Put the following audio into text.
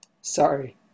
sorry